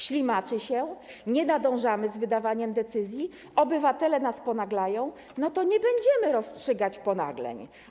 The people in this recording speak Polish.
Ślimaczy się, nie nadążamy z wydawaniem decyzji, obywatele nas ponaglają, no to nie będziemy rozstrzygać ponagleń.